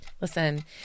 Listen